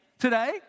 today